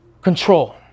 control